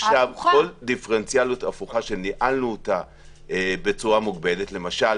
כל דיפרנציאליות הפוכה שניהלנו בצורה מובנת, למשל